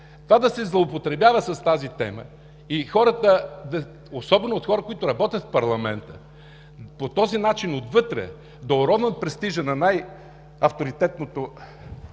почивка. Да се злоупотребява с тази тема, особено от хора, които работят в парламента, по този начин отвътре да уронват престижа на най-авторитетната